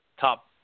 top